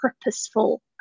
purposeful